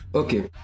okay